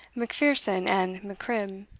macpherson, and mac-cribb